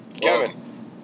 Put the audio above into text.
Kevin